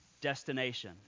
destination